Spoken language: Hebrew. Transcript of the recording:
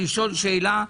לשאול שאלה,